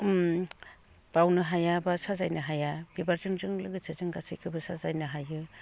बावनो हाया बा साजायनो हाया बिबारजों सो लोगोसे जों गासैखौबो साजायनो हायो